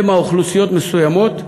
שמא אוכלוסיות מסוימות,